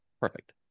Perfect